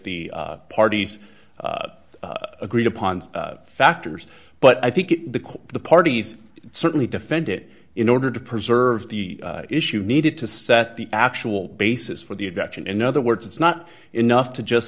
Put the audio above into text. the parties agreed upon the factors but i think the court the parties certainly defend it in order to preserve the issue needed to set the actual basis for the adoption in other words it's not enough to just